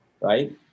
right